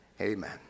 Amen